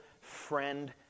friend